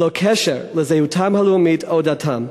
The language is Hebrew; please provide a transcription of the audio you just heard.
ללא קשר לזהותם הלאומית או דתם.